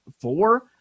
four